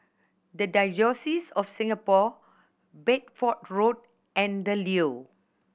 The Diocese of Singapore Bedford Road and The Leo